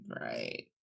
Right